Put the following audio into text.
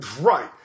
Right